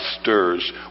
stirs